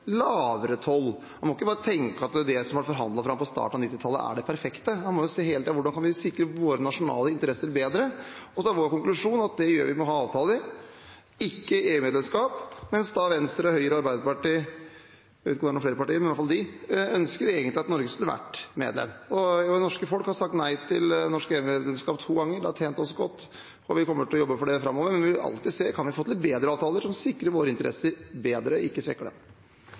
som ble forhandlet fram på starten av 1990-tallet, er det perfekte. Man må jo hele tiden se på hvordan vi kan sikre våre nasjonale interesser bedre. Så er vår konklusjon at vi gjør det ved å ha avtaler, ikke EU-medlemskap, mens Venstre, Høyre og Arbeiderpartiet – jeg vet ikke om det er noen flere partier, men i hvert fall de – egentlig ønsker at Norge skulle vært medlem. Det norske folk har sagt nei til norsk EU-medlemskap to ganger. Det har tjent oss godt, og vi kommer til å jobbe for det framover. Men vi vil alltid se om vi kan få til bedre avtaler, som sikrer våre interesser bedre og ikke svekker dem.